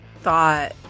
thought